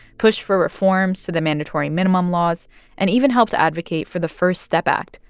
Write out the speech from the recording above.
pushed for reforms to the mandatory minimum laws and even helped advocate for the first step act,